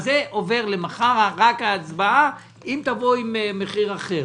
זה עובר למחר, רק ההצבעה, אם תבואו עם מחיר אחר.